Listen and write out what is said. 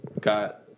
got –